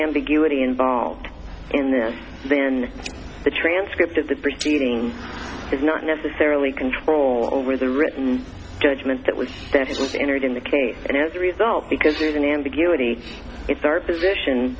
ambiguity involved in this then the transcript of the proceeding is not necessarily control over the written judgment that was that it was entered in the case and as a result because there is an ambiguity it's our position